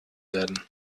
werden